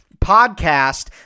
podcast